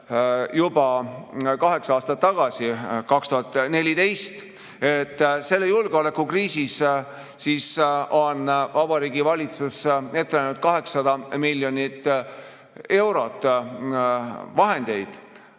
juba kaheksa aastat tagasi, 2014. Selles julgeolekukriisis on Vabariigi Valitsus ette näinud 800 miljonit eurot vahendeid,